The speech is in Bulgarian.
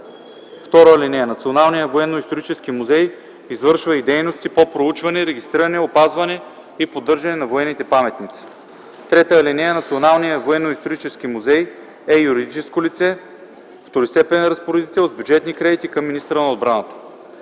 (2) Националният военноисторически музей извършва и дейности по проучване, регистриране, опазване и поддържане на военните паметници. (3) Националният военноисторически музей е юридическо лице – второстепенен разпоредител с бюджетни кредити към министъра на отбраната.